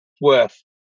worth